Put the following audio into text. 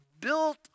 built